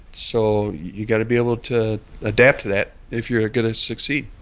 so you've got to be able to adapt to that if you're going to succeed